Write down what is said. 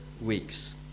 weeks